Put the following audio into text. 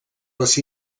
les